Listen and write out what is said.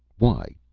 why?